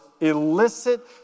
illicit